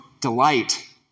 delight